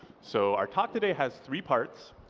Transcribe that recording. so our talk today has three parts.